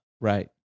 Right